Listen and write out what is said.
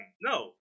No